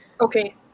Okay